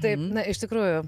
taip iš tikrųjų